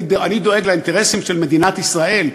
אני דואג לאינטרסים של מדינת ישראל,